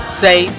say